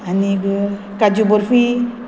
आनीक काजू बर्फी